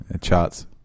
Charts